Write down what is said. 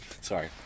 Sorry